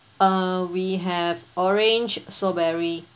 uh we have orange strawberry